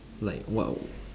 like what w~